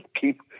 keep